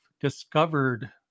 discovered